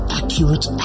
accurate